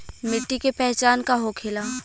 मिट्टी के पहचान का होखे ला?